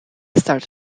start